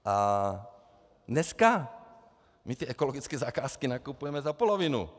A dneska my ty ekologické zakázky nakupujeme za polovinu.